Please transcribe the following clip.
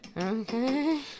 Okay